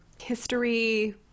history